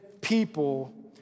people